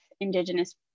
Indigenous